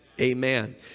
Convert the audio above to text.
Amen